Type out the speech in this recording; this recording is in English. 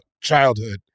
childhood